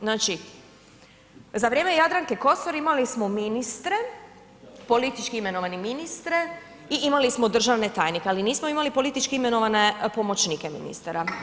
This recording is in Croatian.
Znači za vrijeme Jadranke Kosor imali smo ministre, politički imenovane ministre i imali smo državne tajnike, ali nismo imali politički imenovane pomoćnike ministara.